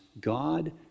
God